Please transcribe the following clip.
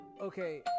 okay